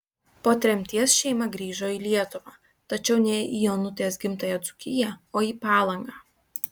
po tremties šeima grįžo į lietuvą tačiau ne į onutės gimtąją dzūkiją o į palangą